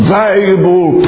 valuable